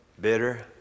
bitter